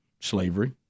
slavery